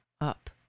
Up